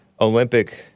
Olympic